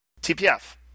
TPF